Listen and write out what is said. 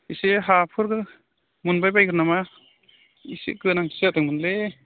एसे हाफोर मोनबायबायगोन नामा एसे गोनांथि जादोंमोनलै